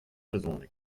brezhoneg